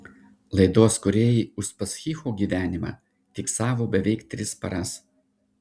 laidos kūrėjai uspaskicho gyvenimą fiksavo beveik tris paras